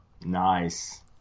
Nice